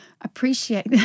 appreciate